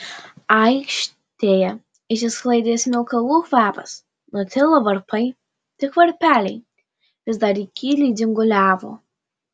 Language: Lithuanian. aikštėje išsisklaidė smilkalų kvapas nutilo varpai tik varpeliai vis dar įkyriai dzinguliavo